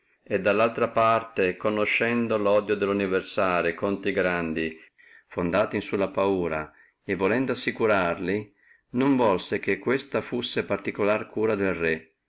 e da altra parte conoscendo lodio dello universale contro a grandi fondato in sulla paura e volendo assicurarli non volse che questa fussi particulare cura del re